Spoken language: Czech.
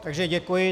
Takže děkuji.